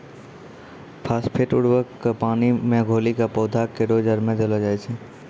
phosphate उर्वरक क पानी मे घोली कॅ पौधा केरो जड़ में देलो जाय छै